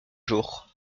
jour